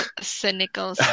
cynical